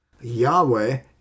Yahweh